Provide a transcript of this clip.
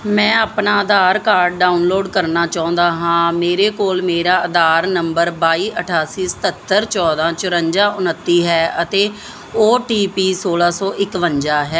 ਮੈਂ ਆਪਣਾ Aadhaar card download ਕਰਨਾ ਚਾਹੁੰਦਾ ਹਾਂ ਮੇਰੇ ਕੋਲ ਮੇਰਾ ਅਧਾਰ ਨੰਬਰ ਬਾਈ ਅਠਾਸੀ ਸਤੱਤਰ ਚੌਦਾਂ ਚਰਵੰਜਾ ਉਨੱਤੀ ਹੈ ਅਤੇ ਓਟੀਪੀ ਸੋਲਾਂ ਸੌ ਇਕਵੰਜਾ ਹੈ